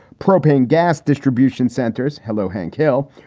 propane gas distribution centers. hello, hank hill.